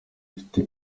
ufite